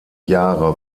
jahre